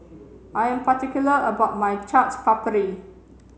I'm particular about my Chaat Papri